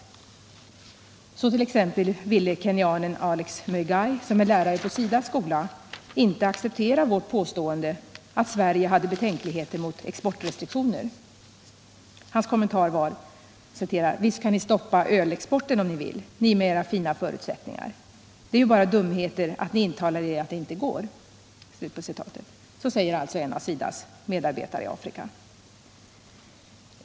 Så t.ex. ville kenyanen Alex Muigai, som är lärare på SIDA:s skola, inte acceptera vårt påstående att Sverige hade betänkligheter mot exportrestriktioner. Hans kommentar var: Visst kan ni stoppa ölexporten om ni vill, ni med era fina förutsättningar. Det är bara dumheter att ni intalar er att det inte går. — Så säger alltså en av SIDA:s medarbetare i Afrika.